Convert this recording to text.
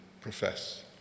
profess